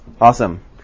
Awesome